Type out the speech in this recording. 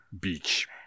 beach